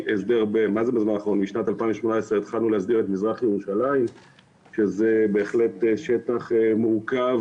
משנת 2018 התלנו להסדיר את מזרח ירושלים שהוא בהחלט שטח מורכב